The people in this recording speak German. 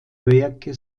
werke